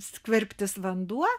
skverbtis vanduo